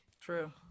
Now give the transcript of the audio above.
True